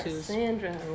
Sandra